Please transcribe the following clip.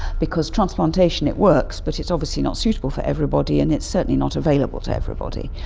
because transplantation, it works but it's obviously not suitable for everybody, and it's certainly not available to everybody.